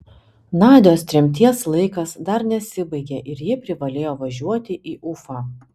nadios tremties laikas dar nesibaigė ir ji privalėjo važiuoti į ufą